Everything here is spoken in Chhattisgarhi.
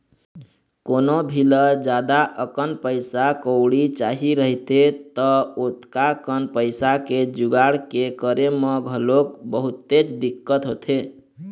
कोनो भी ल जादा अकन पइसा कउड़ी चाही रहिथे त ओतका कन पइसा के जुगाड़ के करे म घलोक बहुतेच दिक्कत होथे